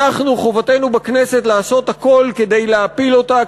חובתנו בכנסת לעשות הכול כדי להפיל אותה,